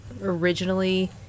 originally